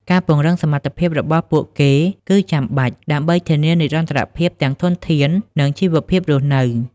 ការពង្រឹងសមត្ថភាពរបស់ពួកគេគឺចាំបាច់ ដើម្បីធានានិរន្តរភាពទាំងធនធាន និងជីវភាពរស់នៅ។